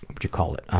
but you call it,